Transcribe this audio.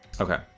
Okay